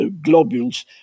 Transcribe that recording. globules